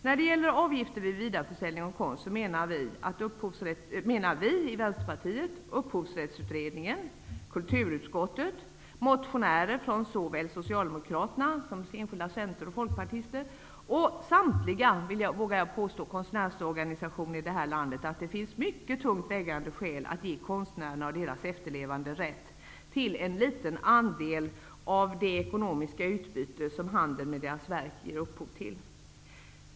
När det gäller avgifter vid vidareförsäljning av konst menar vi i Vänsterpartiet, Upphovsrättsutredningen, kulturutskottet, motionärer från såväl Socialdemokraterna som Centern och Folkpartiet och samtliga konstnärsorganisationer att det finns tungt vägande skäl att ge konstnärerna och deras efterlevande rätt till en liten andel av det ekonomiska utbyte som handeln med deras verk ger upphov till.